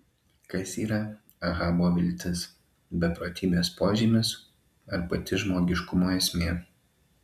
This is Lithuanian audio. kas yra ahabo viltis beprotybės požymis ar pati žmogiškumo esmė